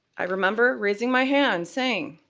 i remember raising my hand saying,